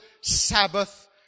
Sabbath